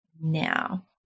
now